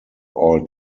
all